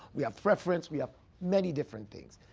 we have preference. we have many different things.